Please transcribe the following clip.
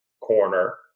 corner